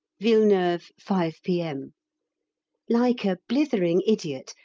villeneuve, five p m like a blithering idiot,